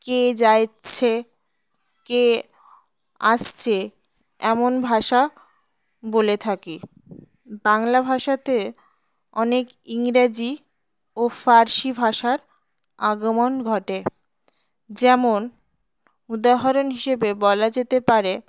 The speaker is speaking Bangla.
কে যাইছে কে আসছে এমন ভাষা বলে থাকি বাংলা ভাষাতে অনেক ইংরাজি ও ফার্সি ভাষার আগমন ঘটে যেমন উদাহরণ হিসেবে বলা যেতে পারে